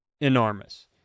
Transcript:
enormous